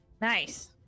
Nice